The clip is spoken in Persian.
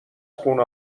خونه